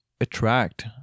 attract